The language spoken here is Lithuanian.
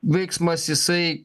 veiksmas jisai